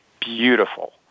beautiful